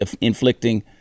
inflicting